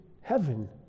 heaven